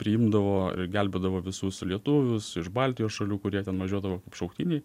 priimdavo ir gelbėdavo visus lietuvius iš baltijos šalių kurie ten važiuodavo šauktiniai